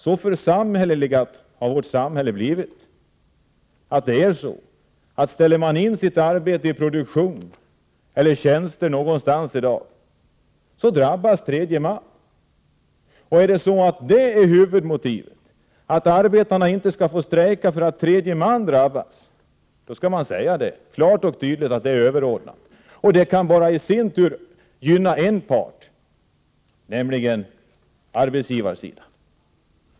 Så ”församhälleligat” har vårt samhälle blivit att om man ställer in sitt arbete i produktionen eller sin tjänst någonstans så drabbas tredje man. Och om det är huvudmotivet, dvs. att arbetarna inte skall få strejka för att tredje man drabbas, då skall man säga klart och tydligt att det intresset är överordnat. Det kan i sin tur bara gynna en part, nämligen arbetsgivarsidan.